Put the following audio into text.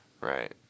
Right